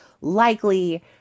likely